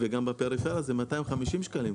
וגם בפריפריה זה 250 שקלים,